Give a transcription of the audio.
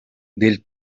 del